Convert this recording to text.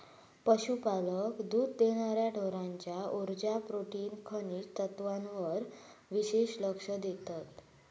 पशुपालक दुध देणार्या ढोरांच्या उर्जा, प्रोटीन, खनिज तत्त्वांवर विशेष लक्ष देतत